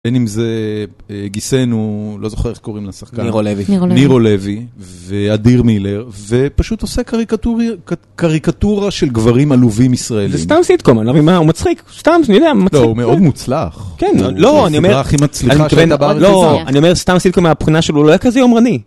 בין אם זה גיסנו הוא, לא זוכר איך קוראים לשחקן, נירו לוי, נירו לוי ואדיר מילר ופשוט עושה קריקטורה של גברים עלובים ישראלים זה סתם סיטקום, אני לא מבין מה, הוא מצחיק, סתם, אני יודע, הוא מצחיק לא, הוא מאוד מוצלח כן, לא, אני אומר, לא, אני אומר, סתם סיטקום מהבחינה שהוא לא היה כזה יומרני